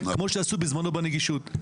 כמו שעשו בזמנו בנגישות.